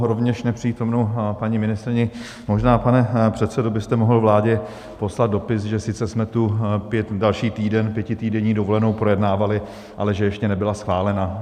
Rovněž nepřítomnou paní ministryni možná, pane předsedo, byste mohl vládě poslat dopis, že sice jsme tu další týden, pětitýdenní dovolenou projednávali, ale že ještě nebyla schválena.